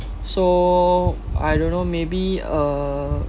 so I don't know maybe uh